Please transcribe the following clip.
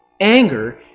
anger